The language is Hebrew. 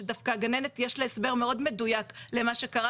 שדווקא לגננת יש הסבר מאוד מדויק למה שקרה